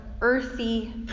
earthy